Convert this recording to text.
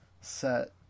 set